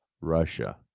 Russia